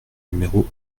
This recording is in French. numéro